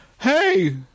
Hey